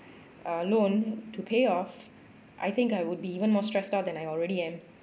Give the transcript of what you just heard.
uh loan to pay off I think I would be even more stress out than I already am